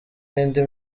n’indi